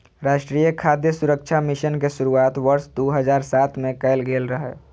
राष्ट्रीय खाद्य सुरक्षा मिशन के शुरुआत वर्ष दू हजार सात मे कैल गेल रहै